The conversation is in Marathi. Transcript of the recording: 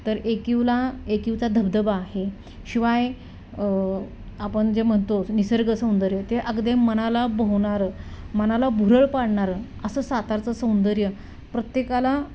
तर एकिवला एकिवचा धबधबा आहे शिवाय आपण जे म्हणतोच निसर्ग सौंदर्य ते अगदी मनाला भावणारं मनाला भुरळ पाडणारं असं सातारचं सौंदर्य प्रत्येकाला